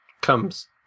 comes